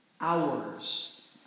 hours